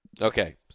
Okay